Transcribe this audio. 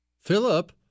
Philip